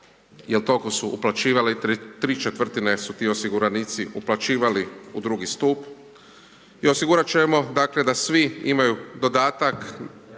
jer toliko su uplaćivali, 3/4 su ti osiguranici uplaćivali u II. stup i osigurat ćemo dakle da svi imaju dodatak